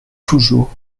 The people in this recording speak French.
toujours